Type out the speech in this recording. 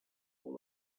more